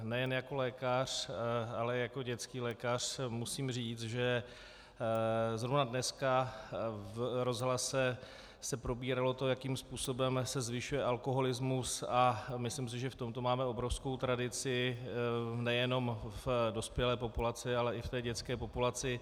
Nejen jako lékař, ale jako dětský lékař musím říct, že zrovna dneska v rozhlase se probíralo to, jakým způsobem se zvyšuje alkoholismus, a myslím si, že v tomto máme obrovskou tradici nejenom v dospělé populaci, ale i v té dětské populaci.